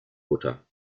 butter